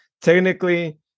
technically